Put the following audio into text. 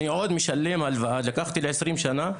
אני עוד משלם הלוואה שלקחתי ל-20 שנה,